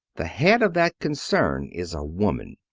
the head of that concern is a woman.